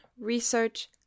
research